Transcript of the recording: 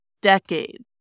decades